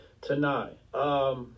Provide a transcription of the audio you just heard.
Tonight